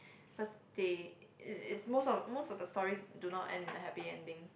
first they is is most of most of the stories do not end in a happy ending